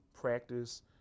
practice